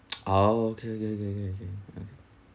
oh kay kay kay kay kay okay